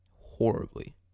horribly